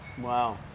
Wow